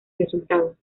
resultados